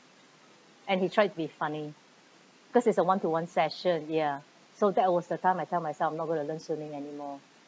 and he tried to be funny because it's a one to one session ys so that was the time I tell myself that I'm not going to learn swimming anymore